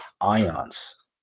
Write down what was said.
ions